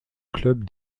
club